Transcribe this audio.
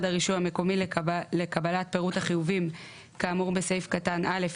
הרישוי המקומי לקבלת פירוט החיובים כאמור בסעיף קטן (א),